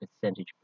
percentage